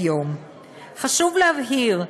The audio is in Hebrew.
חשוב להבהיר: